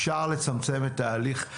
אפשר לצמצם את ההליך.